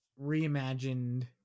reimagined